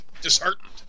Disheartened